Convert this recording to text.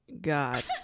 God